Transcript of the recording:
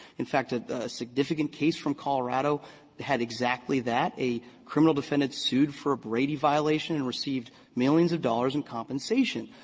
in fact, a significant case from colorado had exactly that. a criminal defendant sued for a brady violation and received millions of dollars in compensation.